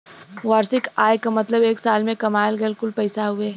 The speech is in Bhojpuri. वार्षिक आय क मतलब एक साल में कमायल गयल कुल पैसा हउवे